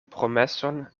promeson